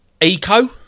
eco